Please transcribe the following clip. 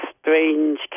strange